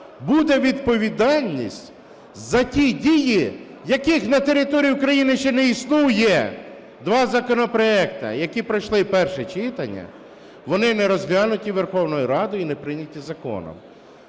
буде відповідальність за ті дії, яких на території України ще не існує. Два законопроекти, які пройшли перше читання, вони не розглянуті Верховною Радою і не прийняті законом.